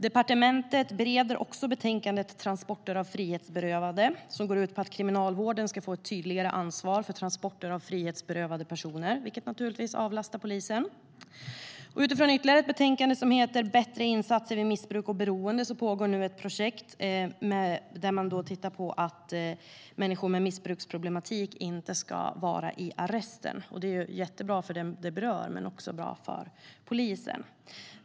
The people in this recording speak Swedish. Departementet bereder också betänkandet Transporter av frihetsberövade , som går ut på att Kriminalvården ska få ett tydligare ansvar för transporter av frihetsberövade personer, vilket naturligtvis avlastar polisen. Utifrån ytterligare ett betänkande, som heter Bättre insatser vid missbruk och beroende , pågår nu ett projekt där man tittar på frågan om människor som missbrukar inte ska vara i arresten. Det är jättebra för dem som det berör men också bra för polisen.